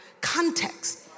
context